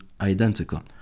identical